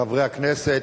חברי הכנסת,